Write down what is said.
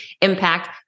Impact